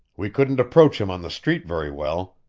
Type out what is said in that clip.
we couldn't approach him on the street very well.